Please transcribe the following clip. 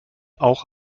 auch